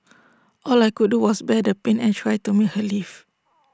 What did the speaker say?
all I could do was bear the pain and try to make her leave